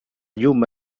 llum